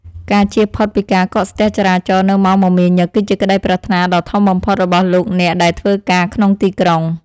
ការជៀសផុតពីការកកស្ទះចរាចរណ៍នៅម៉ោងមមាញឹកគឺជាក្តីប្រាថ្នាដ៏ធំបំផុតរបស់លោកអ្នកដែលធ្វើការក្នុងទីក្រុង។